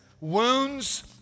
wounds